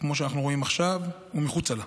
כמו שאנחנו רואים עכשיו, ומחוצה לה.